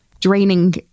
draining